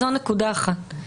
זו נקודה אחת.